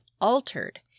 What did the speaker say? altered